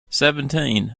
seventeen